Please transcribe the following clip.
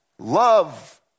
Love